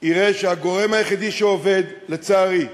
יראה שהגורם היחיד שעובד, לצערי,